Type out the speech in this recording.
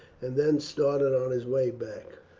and then started on his way back.